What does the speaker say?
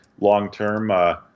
long-term